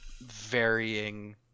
varying